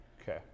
Okay